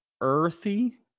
earthy